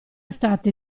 state